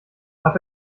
hab